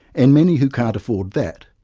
and many who can't afford that,